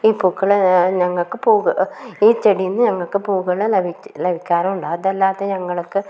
ഈ പൂക്കൾ ഞങ്ങൾക്ക് പൂവ് ഈ ചെടിയിൽ നിന്ന് ഞങ്ങൾക്ക് പൂക്കൾ ലഭിക്കാറുണ്ട് അതല്ലാതെ ഞങ്ങൾക്ക്